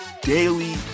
daily